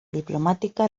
diplomática